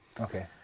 Okay